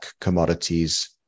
commodities